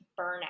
burnout